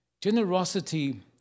Generosity